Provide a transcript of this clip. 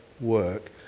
work